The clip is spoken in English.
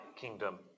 kingdom